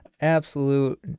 Absolute